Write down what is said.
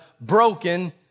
broken